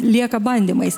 lieka bandymais